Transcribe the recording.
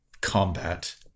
combat